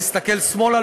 מסתכל שמאלה,